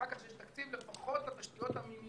ואחר כך שיש תקציב לפחות לתשתיות המינימליות,